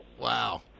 Wow